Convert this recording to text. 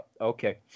okay